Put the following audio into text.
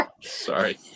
Sorry